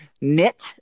knit